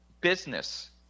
business